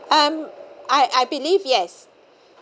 um I I believe yes